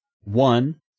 One